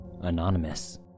Anonymous